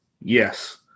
Yes